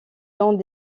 dans